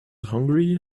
hungry